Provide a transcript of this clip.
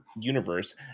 universe